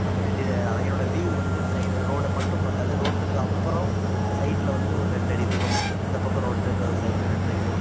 மற்றப்படி டே அதை என்னோடய வியூ வந்து சை ரோடை மட்டும் பார்க்காது ரோட்டுக்கு அப்புறம் சைடில் வந்து ஒரு ரெண்டடி தூரம் இந்த பக்கம் ரோட்டுக்கு சைடில் ரெண்டடி தூரம்